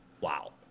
wow